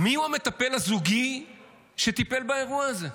מי הוא המטפל הזוגי שטיפל באירוע הזה?